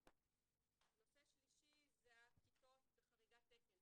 נושא שלישי זה הכיתות בחריגת תקן,